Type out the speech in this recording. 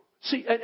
See